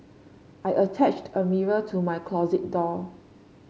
I attached a mirror to my closet door